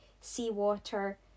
seawater